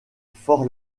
fort